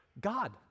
God